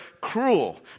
cruel